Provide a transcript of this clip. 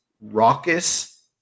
raucous